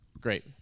Great